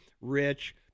rich